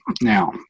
Now